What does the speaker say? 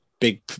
big